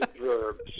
verbs